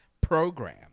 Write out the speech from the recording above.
program